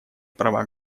права